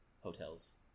hotels